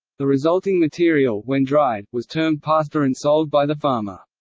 the resulting material, when dried, was termed pasta and sold by the farmer.